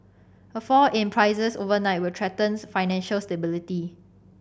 a fall in prices overnight will threatens financial stability